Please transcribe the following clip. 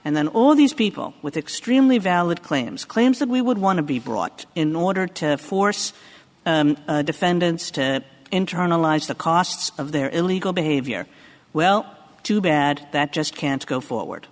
and then all these people with extremely valid claims claims that we would want to be brought in order to force defendants to internalize the costs of their illegal behavior well too bad that just can't go forward